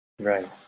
Right